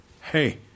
hey